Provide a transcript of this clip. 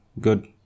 Good